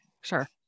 Sure